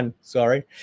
sorry